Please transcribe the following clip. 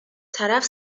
طرف